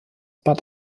bad